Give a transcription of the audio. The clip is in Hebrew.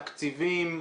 תקציבים?